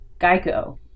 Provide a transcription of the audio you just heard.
Geico